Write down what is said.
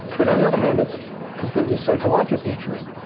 but on the other hand, it's completely psychologically true.